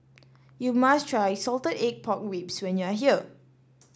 you must try Salted Egg Pork Ribs when you are here